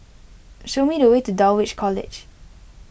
show me the way to Dulwich College